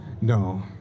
No